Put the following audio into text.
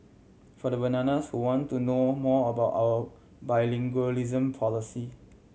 for the bananas who want to know more about our bilingualism policy